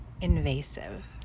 invasive